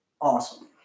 awesome